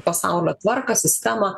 pasaulio tvarką sistemą